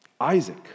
Isaac